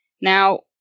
Now